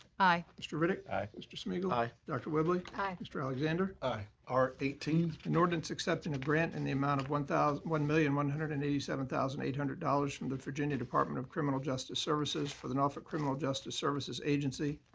aye. mr. riddick. aye. mr. smigiel. aye. dr. whibley. aye. mr. alexander. aye. r eighteen. an ordinance accepting a grant in the amount of one million one hundred and eighty seven thousand eight hundred dollars from the virginia department of criminal justice services for the norfolk criminal justice services agency,